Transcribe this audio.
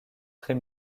très